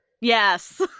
Yes